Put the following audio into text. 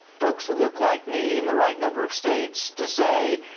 folks who look like me in the right number of states to say,